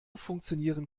funktionieren